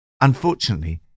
Unfortunately